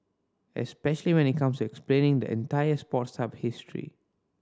especially when it comes explaining the entire Sports Hub story